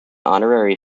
honorary